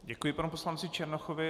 Děkuji panu poslanci Černochovi.